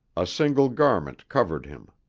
a single garment covered him.